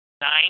Nine